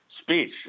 speech